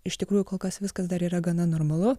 iš tikrųjų kol kas viskas dar yra gana normalu